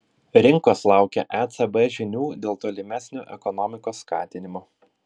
rinkos laukia ecb žinių dėl tolimesnio ekonomikos skatinimo